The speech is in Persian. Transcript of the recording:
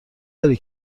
داری